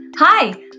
Hi